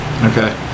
Okay